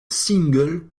single